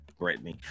Britney